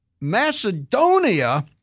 Macedonia